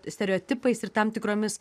stereotipais ir tam tikromis